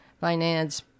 finance